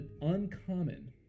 Uncommon